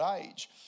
age